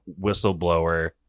Whistleblower